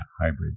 hybrid